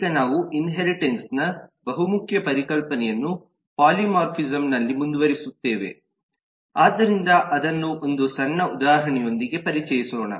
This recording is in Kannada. ಈಗ ನಾವು ಇನ್ಹೆರಿಟೆನ್ಸ್ ನ ಬಹುಮುಖ್ಯ ಪರಿಕಲ್ಪನೆಯನ್ನು ಪಾಲಿಮಾರ್ಫಿಸಂ ನಲ್ಲಿ ಮುಂದುವರಿಸುತ್ತೇವೆ ಆದ್ದರಿಂದ ಅದನ್ನು ಒಂದು ಸಣ್ಣ ಉದಾಹರಣೆಯೊಂದಿಗೆ ಪರಿಚಯಿಸೋಣ